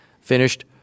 finished